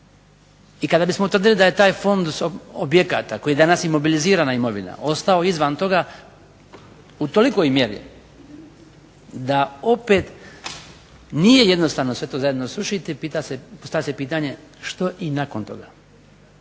i kada bismo utvrdili da je taj fond objekata koji danas imobilizirana imovina ostao izvan toga u tolikoj mjeri da opet nije jednostavno sve to zajedno srušiti i postavlja se pitanje, što i nakon toga.